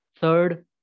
third